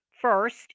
First